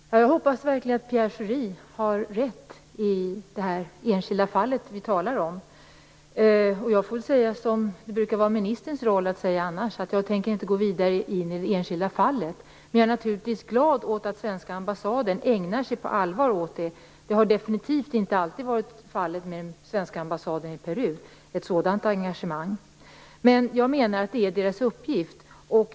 Fru talman! Jag hoppas verkligen att Pierre Schori har rätt i det enskilda fall som vi talar om. Jag får väl säga som det brukar vara ministerns roll att säga: Jag tänker inte gå vidare i det enskilda fallet. Men jag är naturligtvis glad över att den svenska ambassaden på allvar ägnar sig åt det. Det har definitivt inte alltid varit fallet när det gäller den svenska ambassaden i Peru att man haft ett sådant engagemang. Jag menar att det är deras uppgift.